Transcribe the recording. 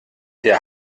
der